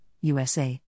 USA